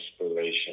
inspiration